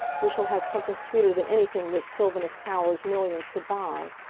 we shall have something sweeter than anything which sylvanus power's millions could buy.